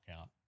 out